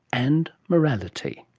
and morality.